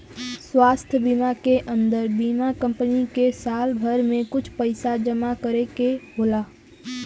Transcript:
स्वास्थ बीमा के अन्दर बीमा कम्पनी के साल भर में कुछ पइसा जमा करे के होला